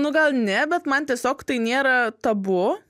nu gal ne bet man tiesiog tai nėra tabu